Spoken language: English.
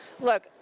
look